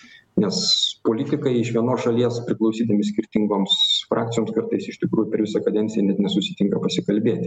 nes politikai iš vienos šalies priklausydami skirtingoms frakcijoms kartais iš tikrųjų per visą kadenciją net nesusitinka pasikalbėti nes tiek